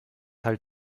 halt